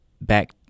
back